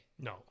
No